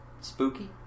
spooky